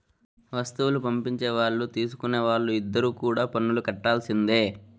వస్తువులు పంపించే వాళ్ళు తీసుకునే వాళ్ళు ఇద్దరు కూడా పన్నులు కట్టాల్సిందే